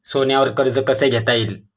सोन्यावर कर्ज कसे घेता येईल?